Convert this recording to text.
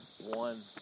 one